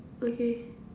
okay